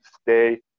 Stay